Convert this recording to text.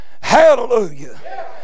Hallelujah